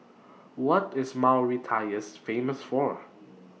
What IS Mauritius Famous For